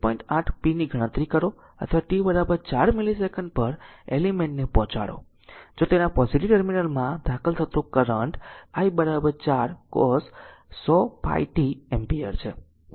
8 p ની ગણતરી કરો અથવા t 4 મિલીસેકન્ડ પર એલિમેન્ટ ને પહોંચાડો જો તેના પોઝીટીવ ટર્મિનલમાં દાખલ થતો current i 4 cos 100πt ampere છે